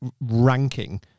ranking